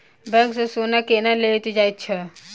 bank सँ सोना केना लेल जाइत अछि